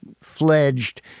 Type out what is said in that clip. fledged